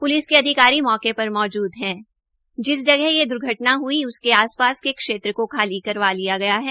police अधिकारियी मौके पर मौजूद है जिस जगह यह दुर्घटना ह्ई उसके आस पास के क्षेत्र की खाली करवा लिया गया है